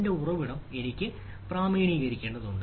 എന്റെ ഉറവിടം എനിക്ക് പ്രാമാണീകരിക്കേണ്ടതുണ്ട്